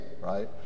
right